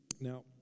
Now